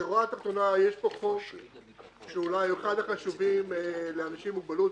בשורה התחתונה: יש פה חוק שהוא אולי אחד החשובים לאנשים עם מוגבלות,